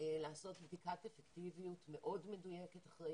לעשות בדיקת אפקטיביות מאוד מדויקת אחרי